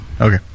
Okay